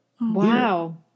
Wow